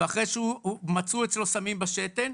ואחרי שמצאו אצלו סמים בשתן,